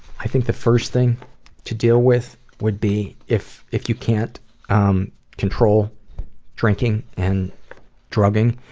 i think the first thing to deal with would be, if if you can't um control drinking and drugging,